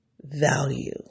value